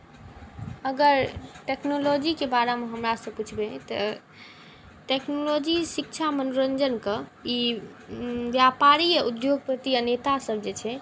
अगर टेक्नोलॉजीके बारेमे हमरासँ पुछबै तऽ टेक्नोलॉजी शिक्षा मनोरञ्जनके ई व्यापारी या उद्योगपति आ नेतासभ जे छै